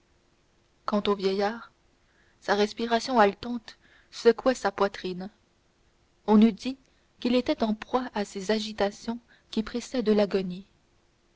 quant au vieillard sa respiration haletante secouait sa poitrine on eût dit qu'il était en proie à ces agitations qui précèdent l'agonie